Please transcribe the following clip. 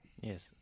yes